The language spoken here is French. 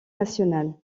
nationale